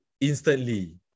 Instantly